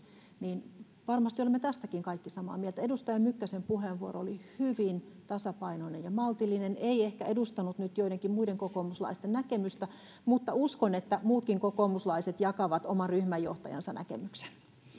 niin varmasti olemme tästäkin kaikki samaa mieltä edustaja mykkäsen puheenvuoro oli hyvin tasapainoinen ja maltillinen ei ehkä edustanut nyt joidenkin muiden kokoomuslaisten näkemystä mutta uskon että muutkin kokoomuslaiset jakavat oman ryhmäjohtajansa näkemyksen